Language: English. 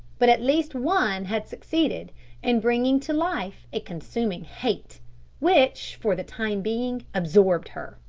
but at least one had succeeded in bringing to life a consuming hate which, for the time being, absorbed her.